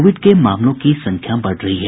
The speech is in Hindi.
कोविड के मामलों की संख्या बढ़ रही है